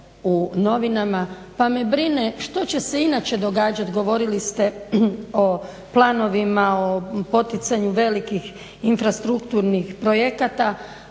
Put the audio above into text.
pa me brine što će se inače događat, govorili ste o planovima, o poticanju velikih infrastrukturnih projekata,